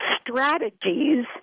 Strategies